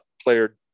player